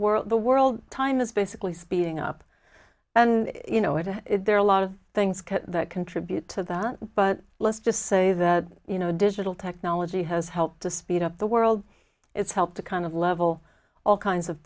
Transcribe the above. world the world time is basically speeding up and you know it there are a lot of things can that contribute to that but let's just say that you know digital technology has helped to speed up the world it's helped to kind of level all kinds of